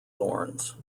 thorns